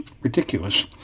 ridiculous